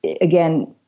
again